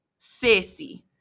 sissy